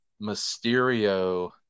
Mysterio